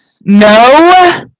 No